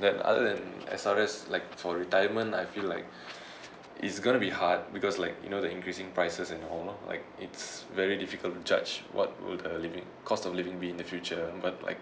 that other than S_R_S like for retirement I feel like it's gonna be hard because like you know the increasing prices and all like it's very difficult to judge what will the living cost of living be in the future but like